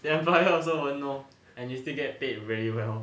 the employer also won't know and you still get paid very well